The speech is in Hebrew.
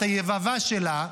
את היבבה שלה,